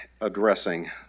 addressing